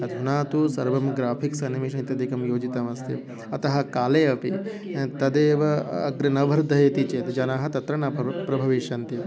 अधुना तु सर्वं ग्राफ़िक्स् अनिमेशन् इत्यादिकं योजितमस्ति अतः काले अपि तदेव अग्रे न वर्धयति चेत् जनाः तत्र न भव प्रभविष्यन्ति